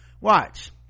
watch